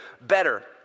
better